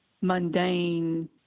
mundane